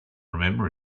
remember